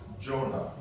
Jonah